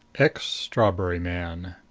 ex-strawberry man.